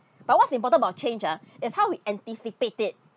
but what's important about change ah is how we anticipate it